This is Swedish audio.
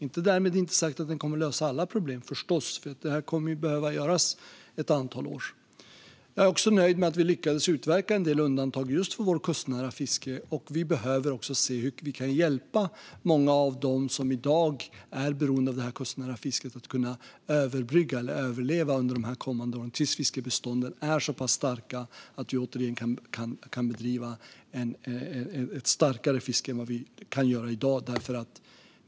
Därmed är förstås inte sagt att den kommer att lösa alla problem. Det här kommer att behöva göras ett antal år. Jag är också nöjd med att vi lyckades utverka en del undantag just för vårt kustnära fiske. Vi behöver också se hur vi kan hjälpa många av dem som i dag är beroende av det kustnära fisket att kunna överbrygga eller överleva under de kommande åren tills fiskebestånden är så pass starka att vi återigen kan bedriva ett starkare fiske än vad vi kan göra i dag.